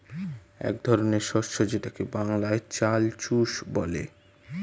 এক ধরনের শস্য যেটাকে বাংলায় চাল চুষ বলে